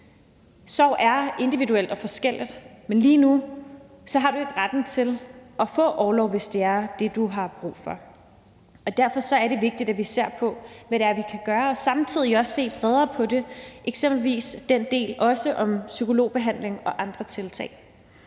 Sorg er individuelt og forskelligt, men lige nu har du ikke retten til at få orlov, hvis det er det, du har brug for, og derfor er det vigtigt, at vi ser på, hvad det er, vi kan gøre, og at vi samtidig også ser bredere på det, eksempelvis også den del om psykologbehandling og andre tiltag.